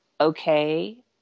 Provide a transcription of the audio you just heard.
okay